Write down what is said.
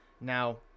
Now